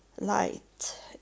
light